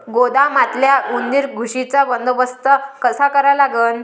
गोदामातल्या उंदीर, घुशीचा बंदोबस्त कसा करा लागन?